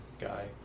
guy